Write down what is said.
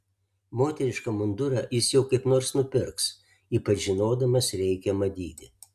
moterišką mundurą jis jau kaip nors nupirks ypač žinodamas reikiamą dydį